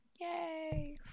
Yay